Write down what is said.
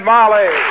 Molly